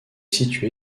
situé